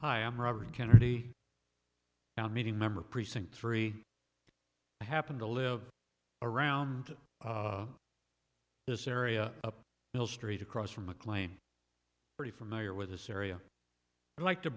hi i'm robert kennedy now meeting member precinct three i happen to live around this area up mill street across from mclean pretty familiar with this area and like to